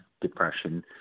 depression